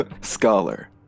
scholar